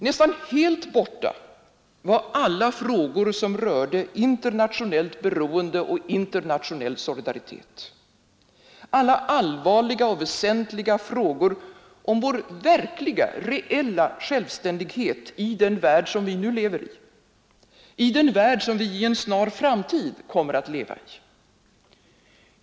Nästan helt borta var alla frågor som rörde internationellt beroende och internationell solidaritet, alla allvarliga och väsentliga frågor om vår verkliga, reella självständighet i den värld som vi nu lever i och i den värld som vi i en snar framtid kommer att leva i.